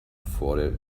for